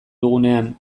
dugunean